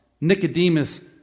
Nicodemus